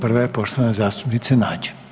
Prva je poštovane zastupnice Nađ.